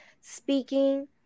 speaking